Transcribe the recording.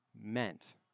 meant